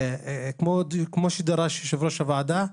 כמו שדרש יושב-ראש הוועדה,